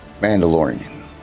Mandalorian